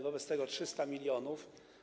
Wobec tego 300 mln.